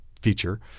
feature